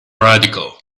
radical